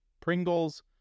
Pringles